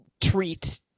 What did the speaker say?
treat